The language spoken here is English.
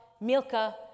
Milka